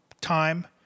time